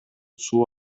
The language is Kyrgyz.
суу